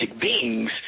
beings